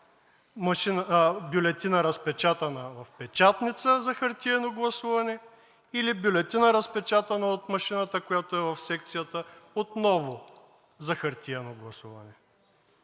бюлетина, разпечатана в печатница за хартиено гласували, или бюлетина, разпечатана от машината, която е в секцията, отново за хартиено гласуване.